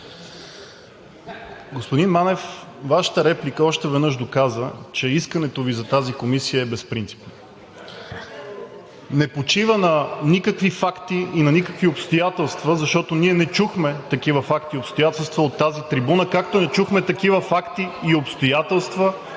Господин Манев, Вашата реплика още веднъж доказа, че искането Ви за тази комисия е безпринципно. Не почива на никакви факти и на никакви обстоятелства, защото ние не чухме такива факти и обстоятелства от тази трибуна, както не чухме такива факти и обстоятелства,